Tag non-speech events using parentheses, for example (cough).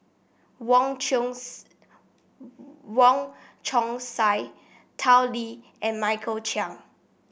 Wong Chong (unintelligible) Wong Chong Sai Tao Li and Michael Chiang